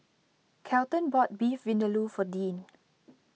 Kelton bought Beef Vindaloo for Dean